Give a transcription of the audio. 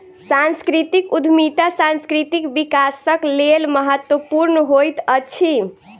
सांस्कृतिक उद्यमिता सांस्कृतिक विकासक लेल महत्वपूर्ण होइत अछि